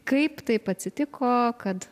kaip taip atsitiko kad